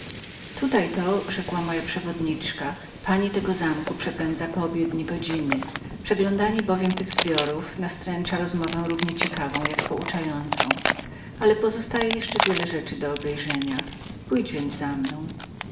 tutaj to rzekła moja przewodniczka pani tego zamku przepędza poobiednie godziny przeglądanie bowiem tych zbiorów nastręcza rozmowę równie zabawną jak nauczającą ale pozostaje panu jeszcze wiele rzeczy do widzenia pójdź więc za mną